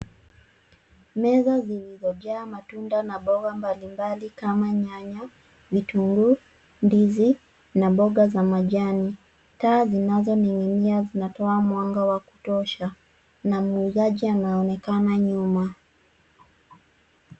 Meza zilizojaa matunda na mboga mbalimbali kama nyanya, vitunguu, ndizi na mboga za majani. Taa zinazoning'inia zinatoa mwanga wa kutosha, na muujazi anaonekana nyuma.